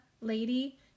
lady